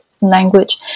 language